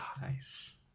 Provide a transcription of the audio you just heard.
nice